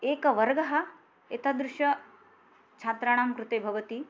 एकवर्गः एतादृशछात्राणां कृते भवति